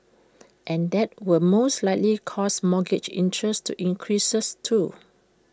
and that will most likely cause mortgage interest to increase too